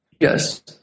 yes